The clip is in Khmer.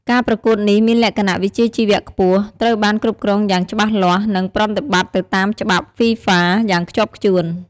ការប្រកួតនេះមានលក្ខណៈវិជ្ជាជីវៈខ្ពស់ ត្រូវបានគ្រប់គ្រងយ៉ាងច្បាស់លាស់ និងប្រតិបត្តិទៅតាមច្បាប់ FIFA យ៉ាងខ្ជាប់ខ្ជួន។